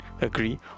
agree